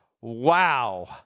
wow